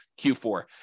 Q4